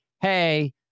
Hey